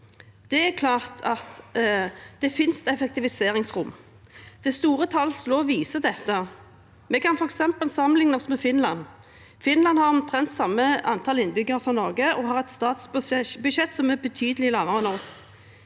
Det er klart det finnes effektiviseringsrom. De store talls lov viser dette. Vi kan f.eks. sammenligne oss med Finland. Finland har omtrent samme antall innbyggere som Norge og har et statsbudsjett som er betydelig lavere